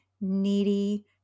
needy